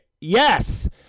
Yes